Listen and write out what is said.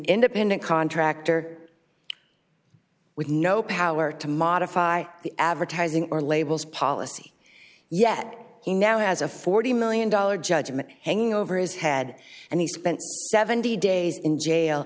independent contractor with no power to modify the advertising or labels policy yet he now has a forty million dollars judgment hanging over his head and he spent seventy days in jail